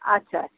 اچھا اچھا